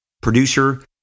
producer